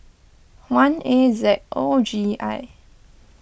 one A Z O G I